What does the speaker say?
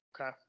Okay